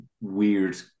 weird